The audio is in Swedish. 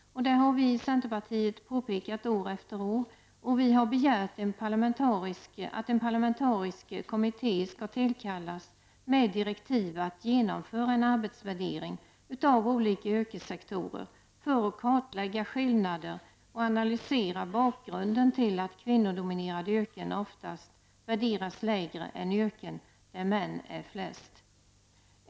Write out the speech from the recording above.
Det har vi i centerpartiet påpekat år efter år, och vi har begärt att en parlamentarisk kommitté skall tillkallas med direktiv att genomföra en arbetsvärdering av olika yrkessektorer för att kartlägga skillnader och analysera bakgrunden till att kvinnodominerade yrken oftast värderas lägre än yrken där män är flest.